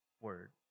word